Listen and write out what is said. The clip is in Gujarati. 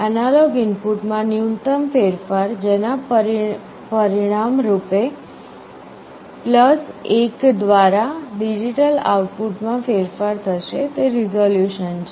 એનાલોગ ઇનપુટમાં ન્યૂનતમ ફેરફાર જેના પરિણામ રૂપે 1 દ્વારા ડિજિટલ આઉટપુટમાં ફેરફાર થશે તે રીઝોલ્યુશન છે